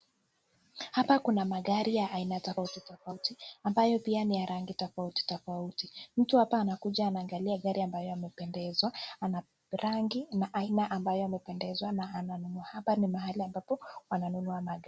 Hapa kuna magari ya aina tafauti tafauti ambaye pia ni ya rangi tafauti tafauti mtu hapa anakuja anaangalia gari ambaye anapendezwa ana rangi na aina ambayo anapendezwa na ananunua, hapa ni mahali ambapo wananunua magari.